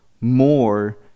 more